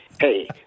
Hey